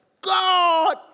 God